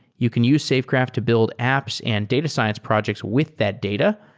you can use safegraph to build apps and data science projects with that data,